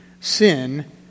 sin